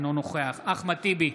אינו נוכח אחמד טיבי,